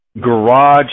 garage